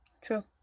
true